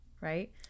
right